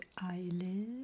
eyelid